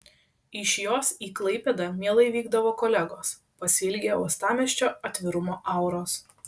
iš jos į klaipėdą mielai vykdavo kolegos pasiilgę uostamiesčio atvirumo auros